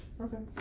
Okay